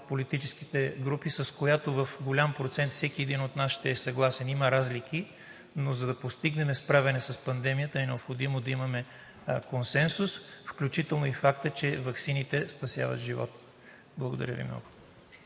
политическите групи, с която в голям процент всеки един от нас ще е съгласен. Има разлики, но, за да постигнем справяне с пандемията, е необходимо да имаме консенсус, включително и фактът, че ваксините спасяват живот. Благодаря Ви.